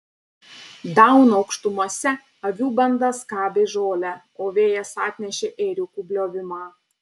dauno aukštumose avių banda skabė žolę o vėjas atnešė ėriukų bliovimą